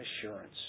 assurance